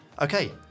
Okay